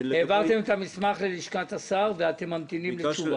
העברתם את המסמך ללשכת השר, ואתם ממתינים לתשובה.